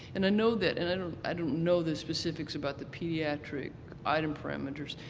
and i know that and i i don't know the specifics about the pediatric item parameters,